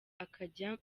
akajya